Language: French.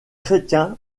chrétiens